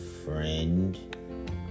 Friend